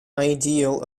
ideal